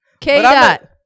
K-Dot